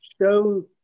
show